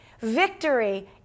victory